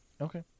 Okay